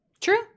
True